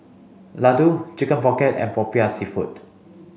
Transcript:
Laddu chicken pocket and Popiah Seafood